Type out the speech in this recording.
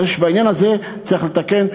בעניין הזה צריך לתקן,